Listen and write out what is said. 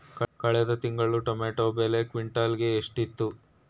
ಕಳೆದ ತಿಂಗಳು ಟೊಮ್ಯಾಟೋ ಬೆಲೆ ಕ್ವಿಂಟಾಲ್ ಗೆ ಎಷ್ಟಿತ್ತು?